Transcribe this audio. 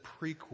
prequel